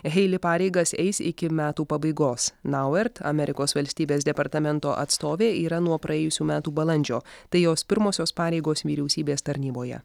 heili pareigas eis iki metų pabaigos nauert amerikos valstybės departamento atstovė yra nuo praėjusių metų balandžio tai jos pirmosios pareigos vyriausybės tarnyboje